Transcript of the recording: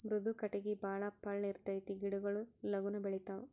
ಮೃದು ಕಟಗಿ ಬಾಳ ಪಳ್ಳ ಇರತತಿ ಗಿಡಗೊಳು ಲಗುನ ಬೆಳಿತಾವ